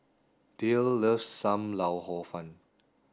Dayle loves Sam Lau Hor Fun